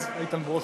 יש גבול.